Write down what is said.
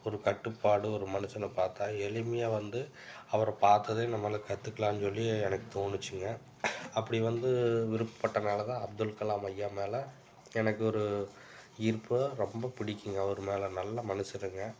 ஒரு கட்டுப்பாடு ஒரு மனுஷனை பார்த்தா எளிமையாக வந்து அவரை பார்த்ததும் நம்மளும் கற்றுக்கலான்னு சொல்லி எனக்கு தோணுச்சிங்க அப்படி வந்து விருப்பப்பட்டனால தான் அப்துல்கலாம் ஐயா மேலே எனக்கு ஒரு ஈர்ப்பு ரொம்ப பிடிக்குங்க அவரு மேலே நல்ல மனுஷருங்க